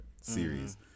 series